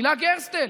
הילה גרסטל.